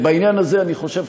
בעניין הזה אני חושב,